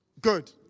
Good